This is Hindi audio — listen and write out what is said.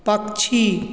पक्षी